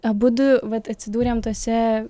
abudu vat atsidūrėm tose